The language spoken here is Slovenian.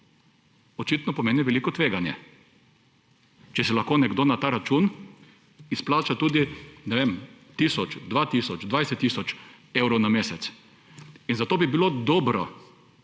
očitno pomeni veliko tveganje, če si lahko nekdo na ta račun izplača tudi, ne vem, tisoč, 2 tisoč, 20 tisoč evrov na mesec. Zato bi bilo dobro